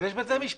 יש בתי משפט.